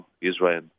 Israel